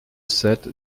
sept